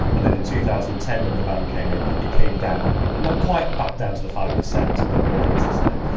and then in two thousand and ten when the ban came in it came down, not quite back down to the five percent but more or less the same.